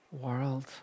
world